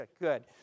good